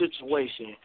situation